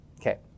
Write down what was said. Okay